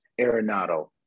Arenado